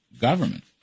government